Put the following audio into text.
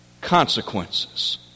Consequences